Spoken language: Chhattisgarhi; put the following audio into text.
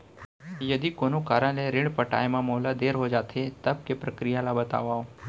यदि कोनो कारन ले ऋण पटाय मा मोला देर हो जाथे, तब के प्रक्रिया ला बतावव